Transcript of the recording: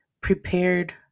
prepared